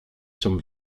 zum